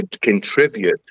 contribute